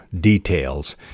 details